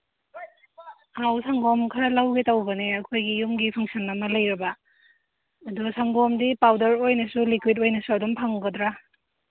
ꯑꯧ ꯁꯪꯒꯣꯝ ꯈꯔ ꯂꯧꯒꯦ ꯇꯧꯕꯅꯦ ꯑꯩꯈꯣꯏꯒꯤ ꯌꯨꯝꯒꯤ ꯐꯪꯁꯟ ꯑꯃ ꯂꯩꯔꯕ ꯑꯗꯨꯒ ꯁꯪꯒꯣꯝꯗꯤ ꯄꯥꯎꯗꯔ ꯑꯣꯏꯅꯁꯨ ꯂꯤꯀ꯭ꯋꯤꯠ ꯑꯣꯏꯅꯁꯨ ꯑꯗꯨꯝ ꯐꯪꯒꯗ꯭ꯔꯥ